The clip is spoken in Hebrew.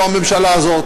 לא הממשלה הזאת,